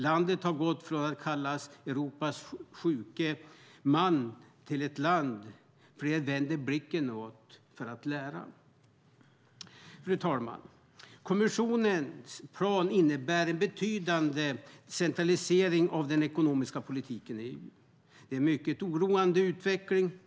Landet har gått från att kallas Europas sjuke man till ett land som flera vänder blicken åt för att lära av. Fru talman! Kommissionens plan innebär en betydande centralisering av den ekonomiska politiken i EU. Det är en mycket oroande utveckling.